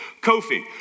Kofi